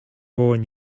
born